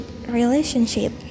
relationship